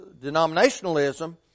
denominationalism